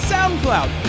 SoundCloud